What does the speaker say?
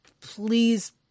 Please